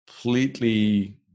completely